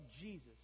Jesus